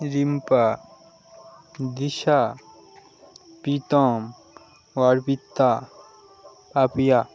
Rimpa Disha Pritam Arpita Papiya